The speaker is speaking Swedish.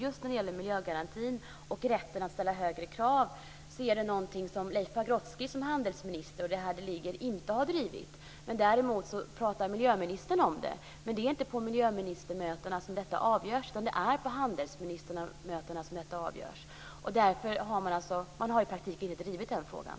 Frågor om miljögarantin och rätten att ställa högre krav är något som Leif Pagrotsky som handelsminister inte har drivit. Däremot pratar miljöministern om detta. Men det är inte på miljöministermöten som detta avgörs, utan det är på handelsministermötena som detta avgörs. I praktiken har man alltså inte drivit den här frågan.